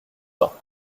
pas